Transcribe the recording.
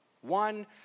One